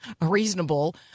reasonable